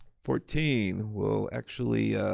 fourteen we'll actually